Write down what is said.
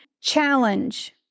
challenge